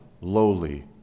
lowly